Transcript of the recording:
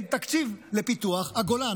ואין תקציב לפיתוח הגולן.